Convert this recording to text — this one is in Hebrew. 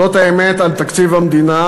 זאת האמת על תקציב המדינה,